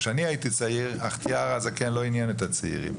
כשאני הייתי צעיר החטיאר הזקן לא עניין את הצעירים.